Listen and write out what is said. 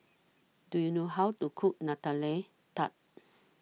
Do YOU know How to Cook Nutella Tart